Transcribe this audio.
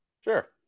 sure